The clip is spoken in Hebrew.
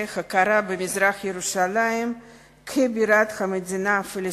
הכרה במזרח-ירושלים כבירת המדינה הפלסטינית.